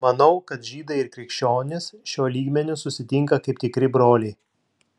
manau kad žydai ir krikščionys šiuo lygmeniu susitinka kaip tikri broliai